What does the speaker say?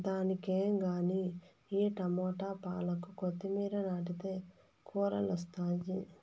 దానికేం గానీ ఈ టమోట, పాలాకు, కొత్తిమీర నాటితే కూరలొస్తాయి